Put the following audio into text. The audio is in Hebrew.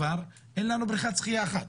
ואין לנו בריכת שחייה אחת.